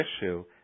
issue